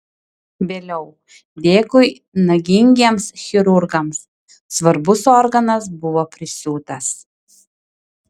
vėliau dėkui nagingiems chirurgams svarbus organas buvo prisiūtas